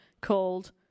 called